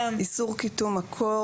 איסור קיטום מקור